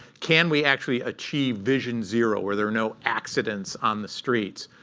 can we actually achieve vision zero, where there are no accidents on the streets?